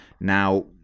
now